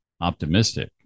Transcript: optimistic